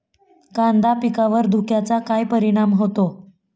कांदा पिकावर धुक्याचा काय परिणाम होतो?